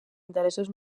interessos